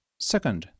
second